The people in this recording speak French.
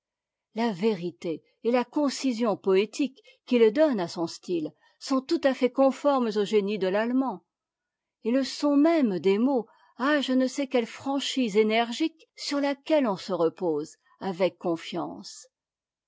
la vérité et la concision poétique qu'il donne à son style sont tout à fait conformes au génie de l'allemand et le son même des mots a je ne sais quelle franchise énergique sur laquelle on se repose avec confbnce